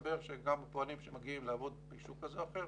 מסתבר שגם פועלים שמגיעים לעבוד ביישוב כזה או אחר